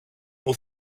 που